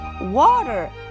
water